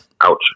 ouch